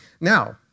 now